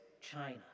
China